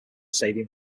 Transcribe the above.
stadium